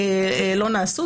לא נעשו,